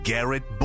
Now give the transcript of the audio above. Garrett